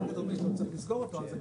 אז אני